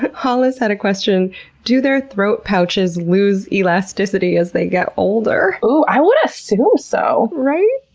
hollis had a question do their throat pouches lose elasticity as they get older? oh! i would assume so, right?